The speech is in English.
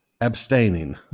abstaining